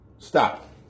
Stop